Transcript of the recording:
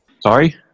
Sorry